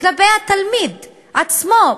כלפי התלמיד עצמו,